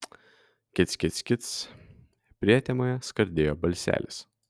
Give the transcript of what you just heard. kic kic kic prietemoje skardėjo balselis